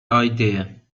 idea